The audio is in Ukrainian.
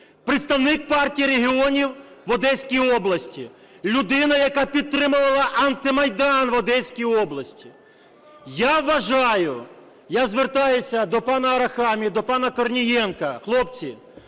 представник Партії регіонів в Одеській області, людина, яка підтримувала антимайдан в Одеській області. Я вважаю, я звертаюся до пана Арахамії, до пана Корнієнка: хлопці,